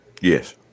Yes